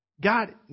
God